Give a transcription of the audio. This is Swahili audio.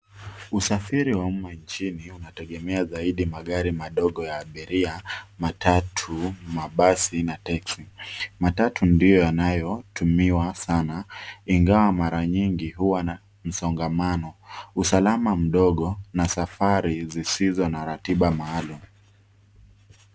Usafiri wa umma nchini unategemea zaidi magari madogo ya abiria, matatu, mabasi na teksi. Matatu ndiyo yanayotumiwa sana ingawa mara nyingi huwa na msongamano, usalama mdogo na safari zisizo na ratiba maalum.